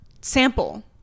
sample